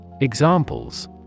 Examples